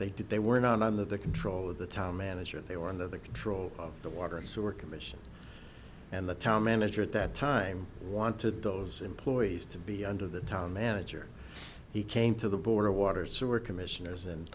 they did they were not under the control of the town manager and they were under the control of the water and sewer commission and the town manager at that time we wanted those employees to be under the town manager he came to the board of water sewer commissioners and